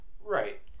right